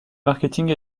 marketing